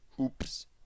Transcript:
Oops